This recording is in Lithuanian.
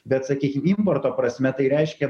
bet sakykim importo prasme tai reiškia